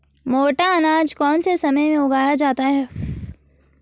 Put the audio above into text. मोटा अनाज कौन से समय में उगाया जाता है?